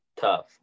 tough